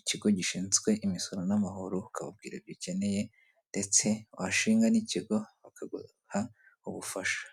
ikigo gishinzwe imisoro n'amahoro, ukababwira ibyo ukeneye ndetse washinga n'ikigo bakaguha ubufasha.